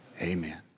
Amen